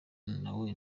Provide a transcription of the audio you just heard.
nawe